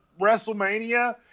WrestleMania